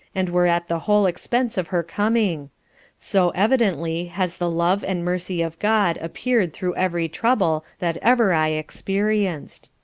and were at the whole expence of her coming so evidently has the love and mercy of god appeared through every trouble that ever i experienced.